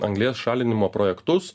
anglies šalinimo projektus